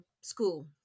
school